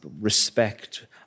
respect